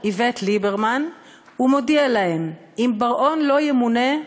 איווט ליברמן ומודיע להם: אם בר-און לא ימונה,